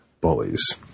bullies